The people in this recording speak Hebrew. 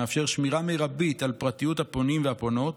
שמאפשר שמירה מרבית על פרטיות הפונים והפונות,